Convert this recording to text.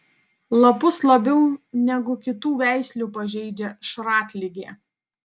lapus labiau negu kitų veislių pažeidžia šratligė